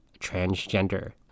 transgender